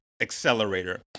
accelerator